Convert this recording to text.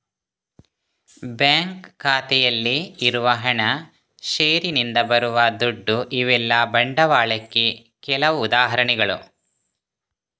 bank ಖಾತೆಯಲ್ಲಿ ಇರುವ ಹಣ, ಷೇರಿನಿಂದ ಬರುವ ದುಡ್ಡು ಇವೆಲ್ಲ ಬಂಡವಾಳಕ್ಕೆ ಕೆಲವು ಉದಾಹರಣೆಗಳು